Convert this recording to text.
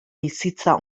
bizitza